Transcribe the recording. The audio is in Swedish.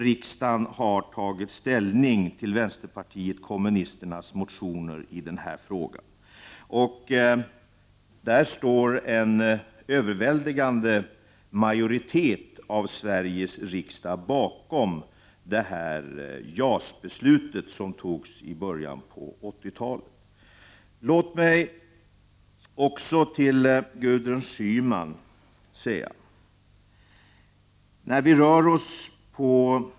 Riksdagen har tagit ställning till vänsterpartiet kommunisternas motioner i denna fråga. En överväldigande majoritet av Sveriges riksdag står bakom JAS-beslutet i början av 1980-talet. Jag vill också till Gudrun Schyman säga följande.